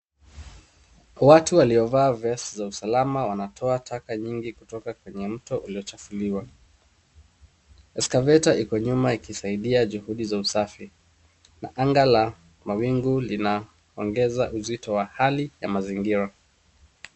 Watu waliovaa vest za usalama wanatoa taka mingi kwenye mto uliyochafuliwa. Escavator iko nyuma ikisaidia juhudi za usafi na anga la mawingu linaongeza uzito wa hali ya mazingira.